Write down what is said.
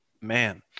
Man